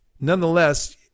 Nonetheless